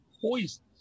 poisons